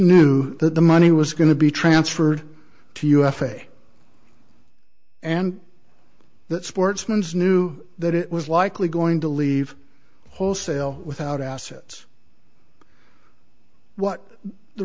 that the money was going to be transferred to u f a and that sportsman's knew that it was likely going to leave wholesale without assets what the